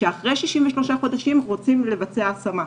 שאחרי 63 חודשים רוצים לבצע השמה.